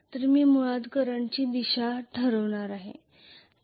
तर ही मुळात करंटची दिशा ठरणार आहे